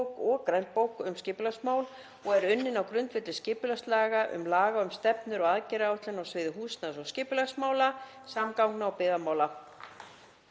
og grænbók um skipulagsmál og er unnin á grundvelli skipulagslaga og laga um stefnur og aðgerðaáætlanir á sviði húsnæðis- og skipulagsmála, samgangna og byggðamála.